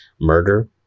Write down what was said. murder